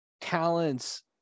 talents